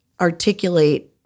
articulate